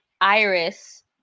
Iris